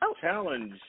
challenge